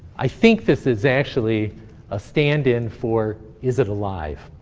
i think this is actually a stand-in for, is it alive?